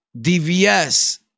DVS